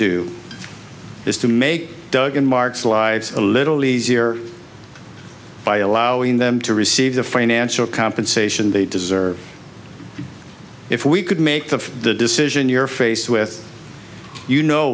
do is to make dugan marts lives a little easier by allowing them to receive the financial compensation they deserve if we could make the decision you're faced with you know